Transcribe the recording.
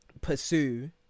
pursue